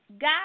God